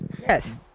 Yes